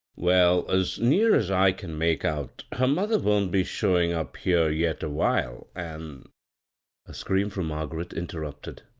well, as near as i can make out her mother won't be showin' up here yet awhile, an' a scream from margaret inter rupted.